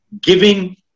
giving